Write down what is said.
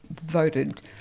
voted